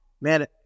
man